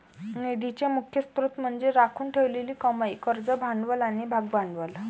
निधीचे मुख्य स्त्रोत म्हणजे राखून ठेवलेली कमाई, कर्ज भांडवल आणि भागभांडवल